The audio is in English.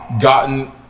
gotten